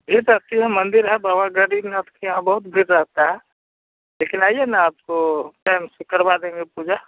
भीड़ रहती है मंदिर है बाबा ग़रीबनाथ के यहाँ बहुत भीड़ रहती है लेकिन आइए ना आपको टाइम से करवा देंगे पूजा